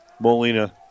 Molina